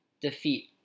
defeat